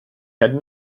had